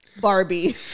Barbie